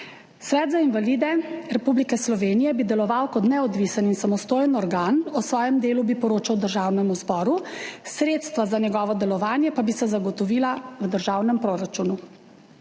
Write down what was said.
Svet za invalide Republike Slovenije bi deloval kot neodvisen in samostojen organ, o svojem delu bi poročal Državnemu zboru, sredstva za njegovo delovanje pa bi se zagotovila v državnem proračunu.